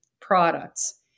products